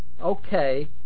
okay